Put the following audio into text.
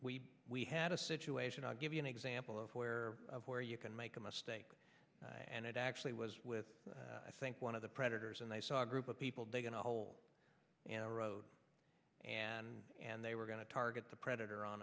we we had a situation i give you an example of where where you can make a mistake and it actually was with i think one of the predators and they saw a group of people digging a hole and a road and and they were going to target the predator on